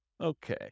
Okay